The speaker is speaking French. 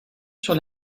sur